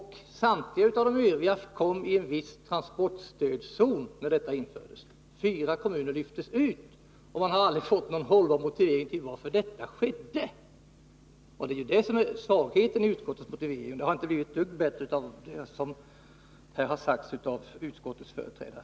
Samtliga kommuner utom fyra inordnades i en viss transportstödszon när transportstödet infördes. Fyra kommuner lyftes alltså ut, och man har aldrig fått någon hållbar motivering till varför detta skedde. Det är detta som är svagheten i utskottets motivering, och det har inte blivit bättre av vad som här har sagts av utskottets företrädare.